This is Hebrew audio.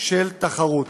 של תחרות.